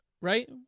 right